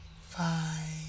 five